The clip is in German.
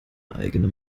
eigene